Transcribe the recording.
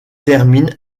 termine